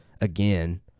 again